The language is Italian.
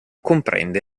comprende